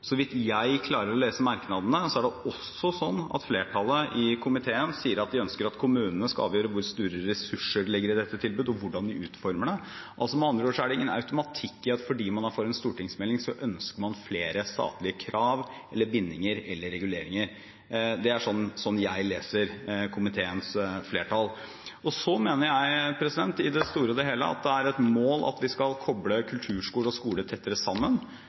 Så vidt jeg klarer å lese merknadene, er det også slik at flertallet i komiteen sier at de ønsker at kommunene skal avgjøre hvor store ressurser de legger i dette tilbudet, og hvordan de utformer det. Med andre ord er det ingen automatikk i at fordi man får en stortingsmelding, ønsker man flere statlige krav, bindinger eller reguleringer. Det er slik jeg leser komiteens flertall. Så mener jeg i det store og hele at det er et mål at vi skal koble kulturskole og skole tettere sammen.